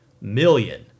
million